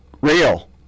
real